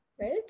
right